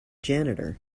janitor